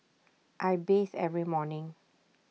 I bathe every morning